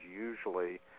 usually